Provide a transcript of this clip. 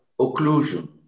occlusion